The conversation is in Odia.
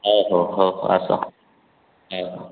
ହଉ ହଉ ହଉ ଆସ ହଉ